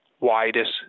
widest